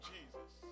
Jesus